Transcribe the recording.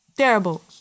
Terrible